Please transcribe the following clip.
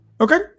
okay